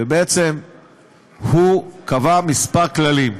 ובעצם היא קבעה כמה כללים,